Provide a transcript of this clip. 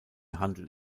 handelt